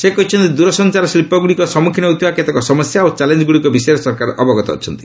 ସେ କହିଛନ୍ତି ଦୂରସଞ୍ଚାର ଶିଳ୍ପଗୁଡ଼ିକ ସମ୍ମୁଖୀନ ହେଉଥିବା କେତେକ ସମସ୍ୟା ଓ ଚ୍ୟାଲେଞ୍ଚଗୁଡ଼ିକ ବିଷୟରେ ସରକାର ଅବଗତ ଅଛନ୍ତି